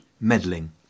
meddling